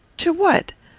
to what?